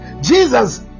Jesus